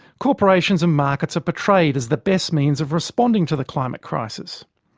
corporations and markets are portrayed as the best means of responding to the climate crisis.